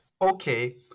Okay